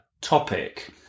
topic